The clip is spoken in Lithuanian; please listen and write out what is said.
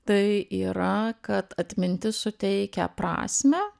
tai yra kad atmintis suteikia prasmę